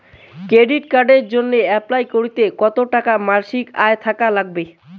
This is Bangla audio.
ক্রেডিট কার্ডের জইন্যে অ্যাপ্লাই করিতে কতো টাকা মাসিক আয় থাকা নাগবে?